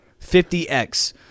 50x